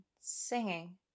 singing